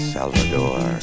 Salvador